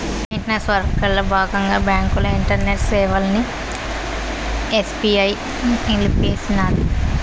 maintenance వర్కల బాగంగా బాంకుల ఇంటర్నెట్ సేవలని ఎస్బీఐ నిలిపేసినాది